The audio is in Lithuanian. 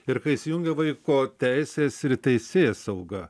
ir kai įsijungia vaiko teisės ir teisėsauga